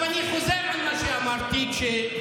סליחה,